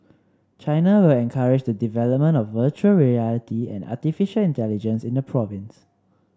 China will encourage the development of virtual reality and artificial intelligence in the province